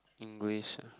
English ah